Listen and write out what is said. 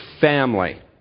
family